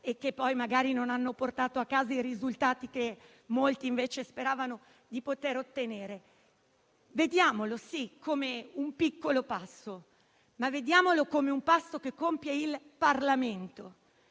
e che poi magari non hanno portato a casa i risultati che molti, invece, speravano di poter ottenere. Vediamolo, sì, come un piccolo passo, ma vediamolo come un passo che compie il Parlamento